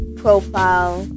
profile